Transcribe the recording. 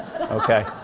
okay